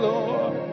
Lord